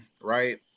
right